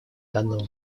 данного